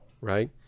right